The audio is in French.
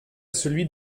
celui